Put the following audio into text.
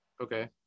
Okay